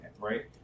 right